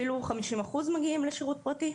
אפילו 50 אחוזים מגיעים לשירות פרטי.